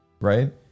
right